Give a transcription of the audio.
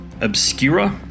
Obscura